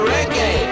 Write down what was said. Reggae